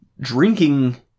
drinking